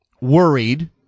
worried